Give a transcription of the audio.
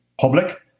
public